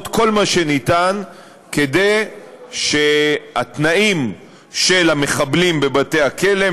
כל מה שניתן כדי שהתנאים של המחבלים בבתי-הכלא,